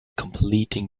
completing